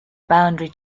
boundary